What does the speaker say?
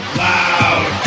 loud